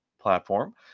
platform